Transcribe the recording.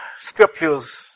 Scriptures